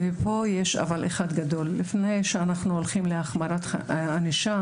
ופה יש אבל אחד גדול לפני שאנחנו הולכים להחמרת ענישה,